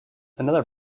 another